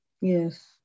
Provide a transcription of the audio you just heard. Yes